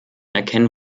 erkennen